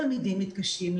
לתלמידים מתקשים,